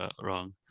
wrong